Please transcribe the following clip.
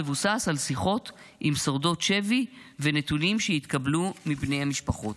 המאמר מבוסס על שיחות עם שורדות שבי ונתונים שהתקבלו מבני המשפחות.